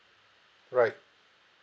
right